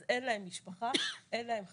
אז אין להם משפחה, אין להם חברים,